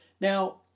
Now